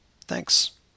Thanks